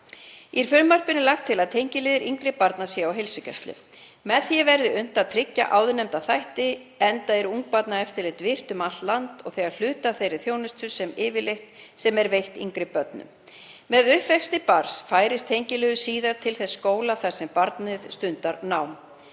Í frumvarpinu er lagt til að tengiliðir yngri barna séu á heilsugæslu. Með því verði unnt að tryggja áðurnefnda þætti, enda er ungbarnaeftirlit virkt um allt land og þegar hluti af þeirri þjónustu sem veitt er yngri börnum. Með uppvexti barns færist tengiliður síðar til þess skóla þar sem barnið stundar nám.